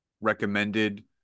recommended